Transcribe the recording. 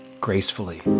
gracefully